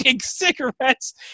cigarettes